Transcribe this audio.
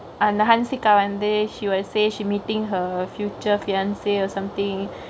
அந்த:anthe hansikha வந்து:vanthu she will say she meetingk her future fiance or somethingk